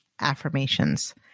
affirmations